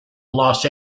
los